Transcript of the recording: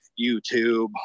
YouTube